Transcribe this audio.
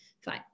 Fine